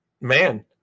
man